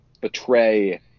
betray